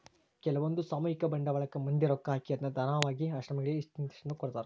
ಕೆಲ್ವಂದು ಸಾಮೂಹಿಕ ಬಂಡವಾಳಕ್ಕ ಮಂದಿ ರೊಕ್ಕ ಹಾಕಿ ಅದ್ನ ದಾನವಾಗಿ ಆಶ್ರಮಗಳಿಗೆ ಇಂತಿಸ್ಟೆಂದು ಕೊಡ್ತರಾ